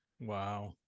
wow